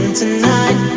tonight